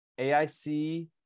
AIC